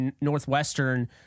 Northwestern